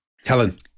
Helen